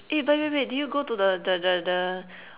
eh wait wait wait did you go the the the